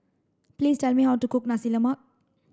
please tell me how to cook Nasi Lemak